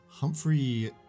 Humphrey